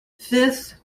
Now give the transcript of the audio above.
fifth